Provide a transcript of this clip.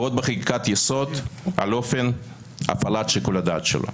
ועוד בחקיקת יסוד, על אופן הפעלת שיקול הדעת שלו.